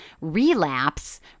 relapse